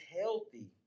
healthy